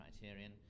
criterion